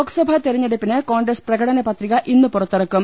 ലോക്സഭാ തെരഞ്ഞെടുപ്പിന് കോൺഗ്രസ് പ്രകടന പത്രിക ഇന്ന് പുറത്തിറക്കും